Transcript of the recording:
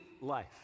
life